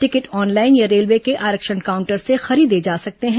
ticket online या railway के आरक्षण काउंटर से खरीदे जा सकते हैं